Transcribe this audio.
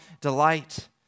delight